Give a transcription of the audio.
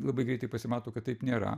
labai greitai pasimato kad taip nėra